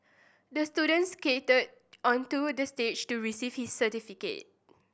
the student skated onto the stage to receive his certificate